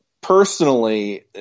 personally